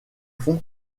fonds